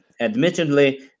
admittedly